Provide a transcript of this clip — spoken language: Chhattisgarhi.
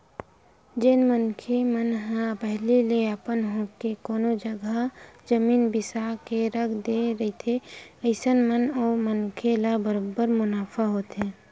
जेन मनखे मन ह पहिली ले अपन होके कोनो जघा जमीन बिसा के रख दे रहिथे अइसन म ओ मनखे ल बरोबर मुनाफा होथे